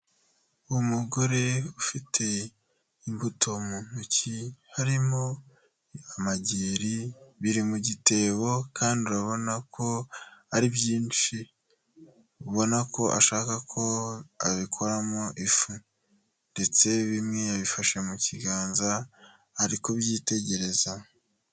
Umugore ufite imbuto mu ntoki harimo amageri biri mu gitebo kandi urabona ko ari byinshi ubona ko ashaka ko abikoramo ifu ndetse bimwe yabifashe mu kiganza ari kubyitegereza.